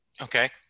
Okay